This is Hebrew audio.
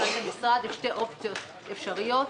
מבחינת המשרד יש שתי אופציות אפשריות: